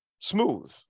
Smooth